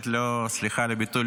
סליחה על הביטוי,